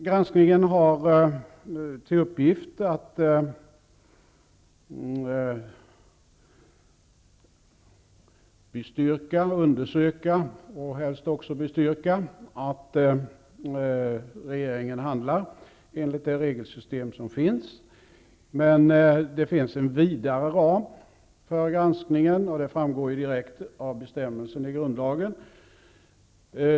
Granskningen har till syfte att undersöka om och helst bestyrka att regeringen handlar enligt det regelsystem som finns, men det finns en vidare ram för granskningen. Det framgår direkt av bestämmelsen i grundlagen.